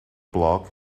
block